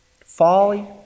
Folly